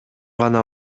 гана